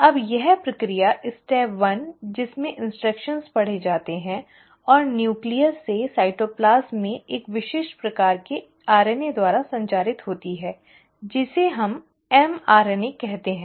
अब यह प्रक्रिया चरण 1 जिसमें निर्देश पढ़े जाते हैं और न्यूक्लियस से साइटोप्लाज्म में एक विशिष्ट प्रकार के RNA द्वारा संचारित होते हैं जिन्हें हम mRNA कहते हैं